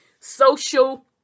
social